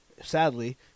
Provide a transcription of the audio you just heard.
sadly